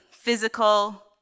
physical